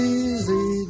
easy